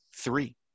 Three